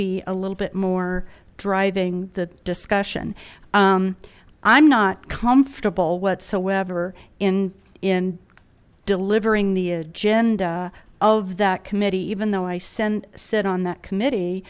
be a little bit more driving the discussion i'm not comfortable whatsoever in in delivering the agenda of that committee even though i sent sit on that committee